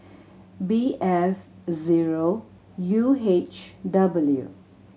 B F zero U H W